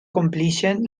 compleixen